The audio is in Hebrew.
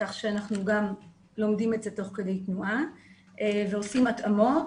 כך שאנחנו גם לומדים את זה תוך כדי תנועה ועושים התאמות.